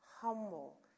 humble